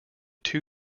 two